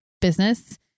business